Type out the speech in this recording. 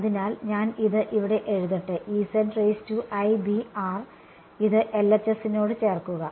അതിനാൽ ഞാൻ ഇത് ഇവിടെ എഴുതട്ടെ ഇത് LHS നോട് ചേർക്കുക